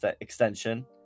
extension